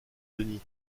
denis